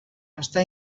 està